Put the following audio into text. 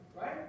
right